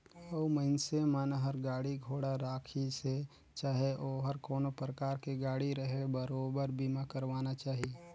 अउ मइनसे मन हर गाड़ी घोड़ा राखिसे चाहे ओहर कोनो परकार के गाड़ी रहें बरोबर बीमा करवाना चाही